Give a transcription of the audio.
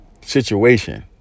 situation